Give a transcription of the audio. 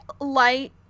Light